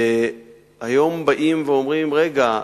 והיום באים ואומרים: רגע,